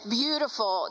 beautiful